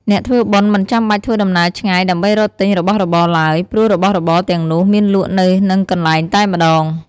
អ្នកធ្វើបុណ្យមិនចាំបាច់ធ្វើដំណើរឆ្ងាយដើម្បីរកទិញរបស់របរឡើយ ព្រោះរបស់របរទាំងនោះមានលក់នៅនឹងកន្លែងតែម្ដង។